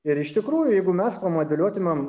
ir iš tikrųjų jeigu mes pamodeliuotiumėm